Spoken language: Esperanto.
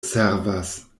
servas